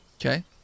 Okay